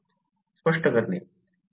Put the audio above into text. स्पष्ट करेण